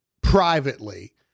privately